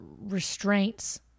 restraints